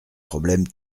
problème